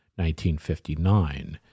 1959